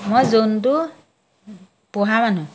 মই জন্তু পোহা মানুহ